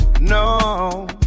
no